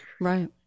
Right